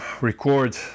record